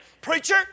preacher